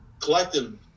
collective